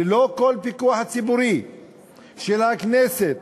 ללא כל פיקוח ציבורי של הכנסת,